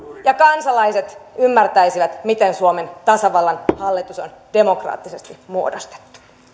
ja kansalaiset ymmärtäisivät miten suomen tasavallan hallitus on demokraattisesti muodostettu